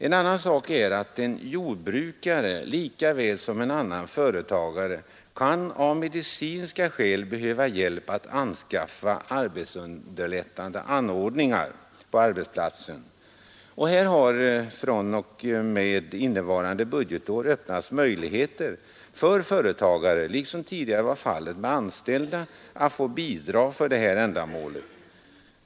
En annan sak är att en jordbrukare lika väl som en annan företagare av medicinska skäl kan behöva hjälp för att anskaffa arbetsunderlättande anordningar på arbetsplatsen. Här har fr.o.m. innevarande budgetår öppnats möjligheter för företagare, liksom tidigare varit fallet för anställda, att få bidrag för det ändamålet.